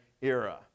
era